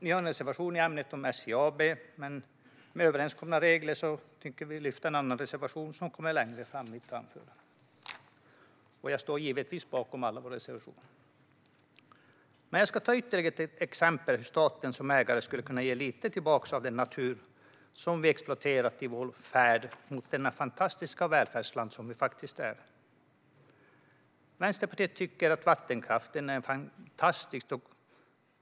Vi har en reservation i ämnet SJ AB, men i och med överenskomna regler lyfter jag i stället fram en annan reservation, som jag tar upp senare i mitt anförande. Jag står givetvis bakom alla våra reservationer. Jag ska ta ytterligare ett exempel på hur staten som ägare skulle kunna ge lite tillbaka av den natur som vi har exploaterat i vår färd mot det fantastiska välfärdsland som Sverige är. Vänsterpartiet tycker att vattenkraften är fantastisk.